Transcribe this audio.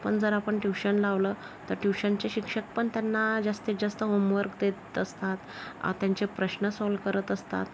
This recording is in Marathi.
पण जर आपण ट्युशन लावलं तर ट्युशनचे शिक्षक पण त्यांना जास्तीत जास्त होमवर्क देत असतात त्यांचे प्रश्न सॉल करत असतात